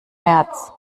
märz